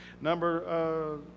Number